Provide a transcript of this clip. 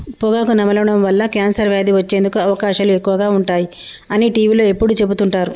పొగాకు నమలడం వల్ల కాన్సర్ వ్యాధి వచ్చేందుకు అవకాశాలు ఎక్కువగా ఉంటాయి అని టీవీలో ఎప్పుడు చెపుతుంటారు